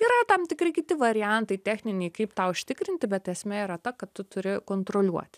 yra tam tikri kiti variantai techniniai kaip tą užtikrinti bet esmė yra ta kad tu turi kontroliuoti